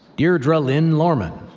deirdre lynn lohrmann,